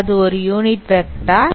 அது ஒரு unit vector